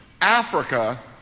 Africa